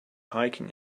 hiking